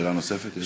שאלה נוספת?